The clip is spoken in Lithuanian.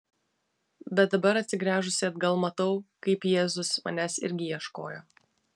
bet dabar atsigręžusi atgal matau kaip jėzus manęs irgi ieškojo